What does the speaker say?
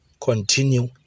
continue